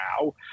now